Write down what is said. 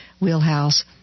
wheelhouse